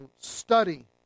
Study